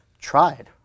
tried